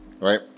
right